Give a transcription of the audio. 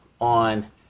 on